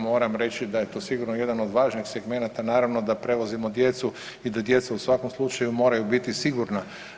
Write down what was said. Moram reći da je to sigurno jedan od važnih segmenata, naravno da prevozimo djecu i da djeca u svakom slučaju moraju biti sigurna.